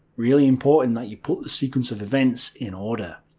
really important that you put the sequence of events in order.